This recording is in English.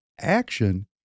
action